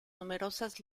numerosas